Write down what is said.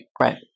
Right